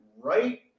right –